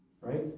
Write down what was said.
Right